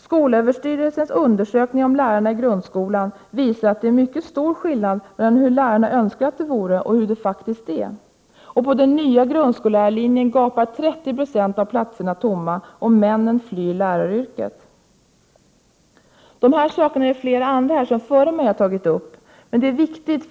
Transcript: Skolöverstyrelsens undersökning SÖYTTEnRE, om lärarna i grundskolan visar att det är mycket stor skillnad mellan hur lärarna önskar att det vore och hur det faktiskt är. På den nya grundskollärarlinjen gapar 30 96 av platserna tomma, och männen flyr läraryrket. Dessa saker har flera talare före mig här tagit upp, men de är viktiga.